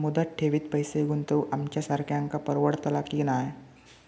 मुदत ठेवीत पैसे गुंतवक आमच्यासारख्यांका परवडतला की नाय?